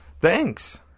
Thanks